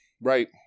right